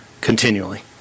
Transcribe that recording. continually